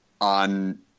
on